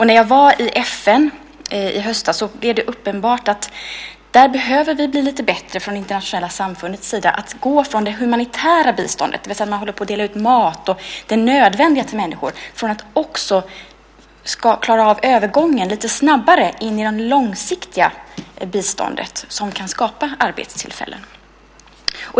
När jag var i FN i höstas blev det uppenbart att vi från det internationella samfundets sida behöver bli lite bättre på att gå från det humanitära biståndet - det vill säga att dela ut mat och det nödvändiga till människor - och lite snabbare klara av övergången till det långsiktiga biståndet, som kan skapa arbetstillfällen.